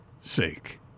sake